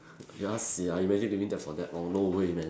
ya sia imagine living that for that long no way man